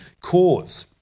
cause